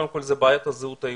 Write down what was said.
קודם כל זו בעיית הזהות היהודית,